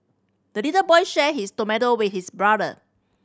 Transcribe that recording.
the little boy shared his tomato with his brother